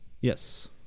yes